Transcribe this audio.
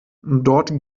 dort